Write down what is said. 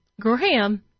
Graham